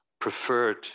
preferred